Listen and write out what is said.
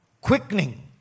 quickening